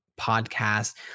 podcast